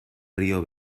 río